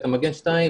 אתה מגן 2,